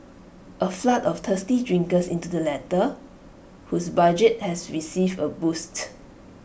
A flood of thirsty drinkers into the latter whose budget has received A boost